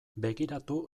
begiratu